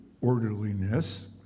orderliness